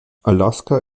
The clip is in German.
alaska